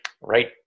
right